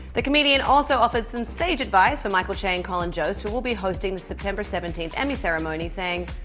the comedian also offered some sage advice for michael che and colin jost, who will be hosting the september seventeen emmy ceremony saying,